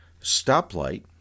stoplight